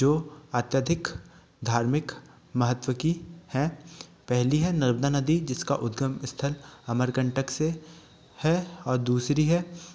जो अत्यधिक धार्मिक महत्व की है पहली है नर्मदा नदी जिसका उद्गम स्थल अमरकंटक से है और दूसरी है